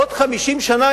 בעוד 50 שנה,